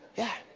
yeah,